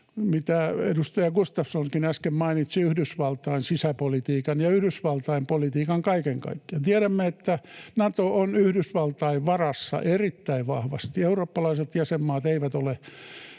mitä edustaja Gustafssonkin äsken mainitsi, Yhdysvaltain sisäpolitiikan ja Yhdysvaltain politiikan kaiken kaikkiaan. Tiedämme, että Nato on Yhdysvaltain varassa erittäin vahvasti. Eurooppalaiset jäsenmaat eivät ole